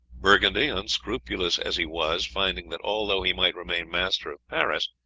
burgundy, unscrupulous as he was, finding that although he might remain master of paris,